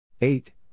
eight